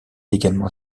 également